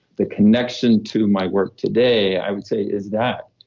the connection to my work today i would say is that,